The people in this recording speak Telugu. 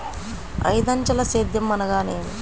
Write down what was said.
ఐదంచెల సేద్యం అనగా నేమి?